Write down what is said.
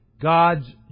God's